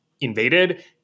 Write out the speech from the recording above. invaded